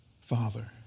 Father